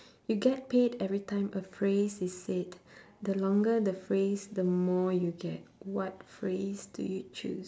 you get paid every time a phrase is said the longer the phrase the more you get what phrase do you choose